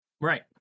Right